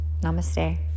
Namaste